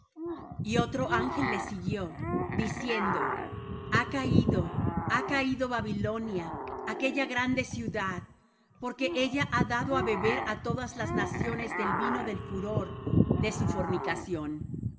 y otro ángel le siguió diciendo ha caído ha caído babilonia aquella grande ciudad porque ella ha dado á beber á todas las naciones del vino del furor de su fornicación